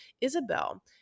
Isabel